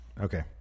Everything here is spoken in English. Okay